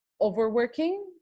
overworking